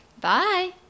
Bye